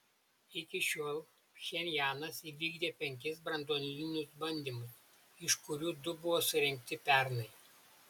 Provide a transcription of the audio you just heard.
iki šiol pchenjanas įvykdė penkis branduolinius bandymus iš kurių du buvo surengti pernai